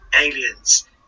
aliens